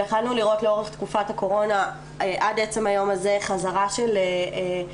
יכולנו לראות לאורך תקופת הקורונה עד עצם היום הזה חזרה של ביטויים